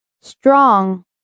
Strong